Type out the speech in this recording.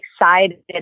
excited